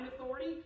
authority